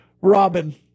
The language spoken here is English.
Robin